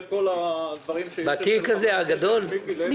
כל הדברים שבתיק של חבר הכנסת מיקי לוי.